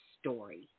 story